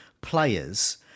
players